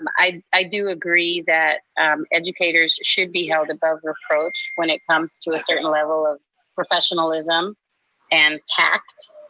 um i i do agree that um educators should be held above reproach when it comes to a certain level of professionalism and tact.